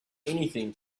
anything